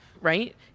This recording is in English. right